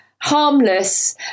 harmless